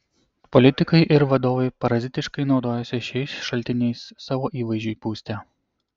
politikai ir vadovai parazitiškai naudojasi šiais šaltiniais savo įvaizdžiui pūsti